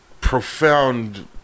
profound